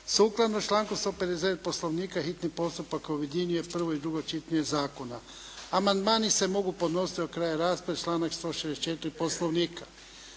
Sukladno s člankom 159. Poslovnika hitni postupak objedinjuje prvo i drugo čitanje zakona. Amandmani se mogu podnositi do kraja rasprave, članak 164. Poslovnika.